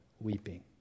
weeping